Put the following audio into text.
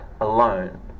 alone